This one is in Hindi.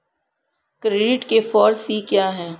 क्रेडिट के फॉर सी क्या हैं?